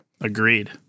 Agreed